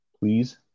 Please